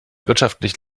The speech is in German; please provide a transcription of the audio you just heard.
wirtschaftlich